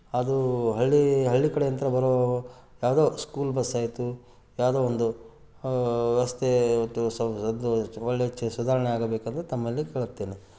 ಅದು ಹಳ್ಳಿ ಹಳ್ಳಿ ಕಡೆಯಿಂದ್ರ ಬರೋ ಯಾವುದೋ ಸ್ಕೂಲ್ ಬಸ್ ಆಯಿತು ಯಾವುದೋ ಒಂದು ರಸ್ತೆ ಒಳ್ಳೆಯ ಸುಧಾರಣೆ ಆಗಬೇಕೆಂದು ತಮ್ಮಲ್ಲಿ ಕೇಳುತ್ತೇನೆ